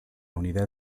unidad